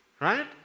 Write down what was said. Right